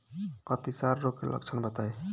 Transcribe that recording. अतिसार रोग के लक्षण बताई?